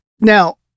now